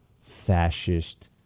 fascist